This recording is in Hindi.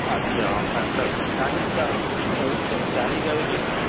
अच्छा हाँ पैंसठ चानी का चल कह रे चानी का ये रेट है